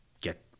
get